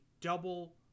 double